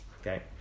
okay